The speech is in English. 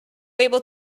able